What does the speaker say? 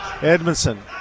Edmondson